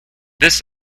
this